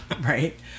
right